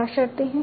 क्या शर्तें हैं